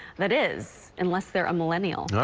that is unless they're a millennial.